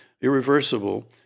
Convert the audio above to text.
irreversible